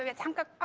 of ten kg.